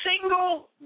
single